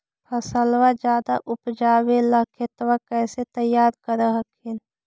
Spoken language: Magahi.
फसलबा ज्यादा उपजाबे ला खेतबा कैसे तैयार कर हखिन?